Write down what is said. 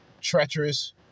Treacherous